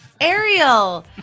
Ariel